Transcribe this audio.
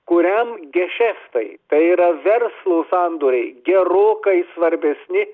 kuriam gešeftai tai yra verslo sandoriai gerokai svarbesni